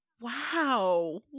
Wow